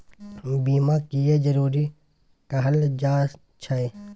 बीमा किये जरूरी कहल जाय छै?